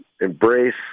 embrace